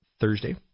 Thursday